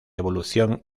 evolución